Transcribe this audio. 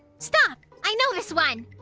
stop! i know this one!